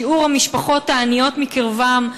שיעור המשפחות העניות בקרבם,